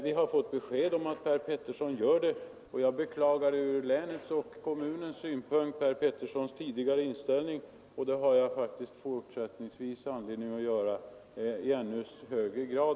Vi har fått besked om att Per Petersson gör det, och jag beklagade ur länets och kommunens synpunkt Per Peterssons tidigare inställning, något som jag efter detta tillrättaläggande har anledning att göra i ännu högre grad.